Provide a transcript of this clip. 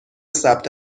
ثبت